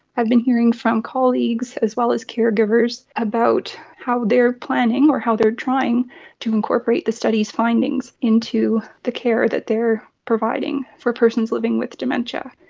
i've been hearing from colleagues as well as caregivers about how they are planning or how they are trying to incorporate the study's findings into the care that they are providing for persons living with dementia.